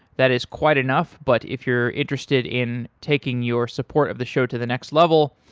that is quite enough, but if you're interested in taking your support of the show to the next level,